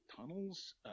tunnels